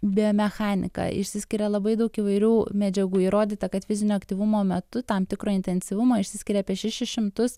biomechanika išsiskiria labai daug įvairių medžiagų įrodyta kad fizinio aktyvumo metu tam tikro intensyvumo išsiskiria apie šešis šimtus